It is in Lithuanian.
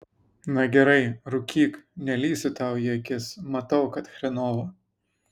na gerai rūkyk nelįsiu tau į akis matau kad chrenovo